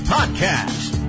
Podcast